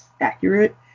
accurate